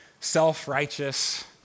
self-righteous